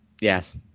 Yes